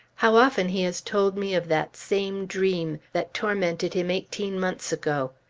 how often he has told me of that same dream, that tormented him eighteen months ago.